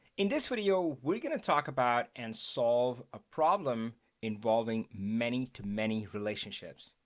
in this video we're gonna talk about and solve a problem involving many to many relationships.